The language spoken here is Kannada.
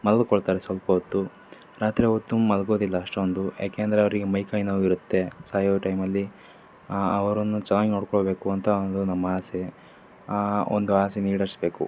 ಮಲ್ಕೊಳ್ತಾರೆ ಸ್ವಲ್ಪ ಹೊತ್ತು ರಾತ್ರಿ ಹೊತ್ತು ಮಲಗೋದಿಲ್ಲ ಅಷ್ಟೊಂದು ಯಾಕೆ ಅಂದರೆ ಅವ್ರಿಗೆ ಮೈಕೈ ನೋವಿರುತ್ತೆ ಸಾಯೋ ಟೈಮಲ್ಲಿ ಅವರನ್ನು ಚೆನ್ನಾಗಿ ನೋಡಿಕೊಳ್ಬೇಕು ಅಂತ ಒಂದು ನಮ್ಮ ಆಸೆ ಆ ಒಂದು ಆಸೇನ ಈಡೇರ್ಸ್ಬೇಕು